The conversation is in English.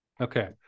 Okay